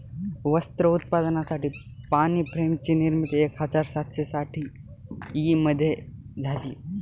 वस्त्र उत्पादनासाठी पाणी फ्रेम ची निर्मिती एक हजार सातशे साठ ई मध्ये झाली